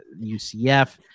UCF